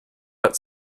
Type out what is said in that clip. out